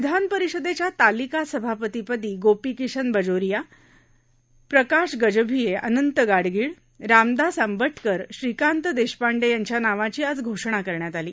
विधानपरिषदेच्या तालिका सभापतीपदी गोपीकिशन बाजोरिया प्रकाश गजभिये अनंत गाडगीळ रामदास आंबटकर श्रीकांत देशपांडे यांच्या नावाची आज घोषणा करण्यात आली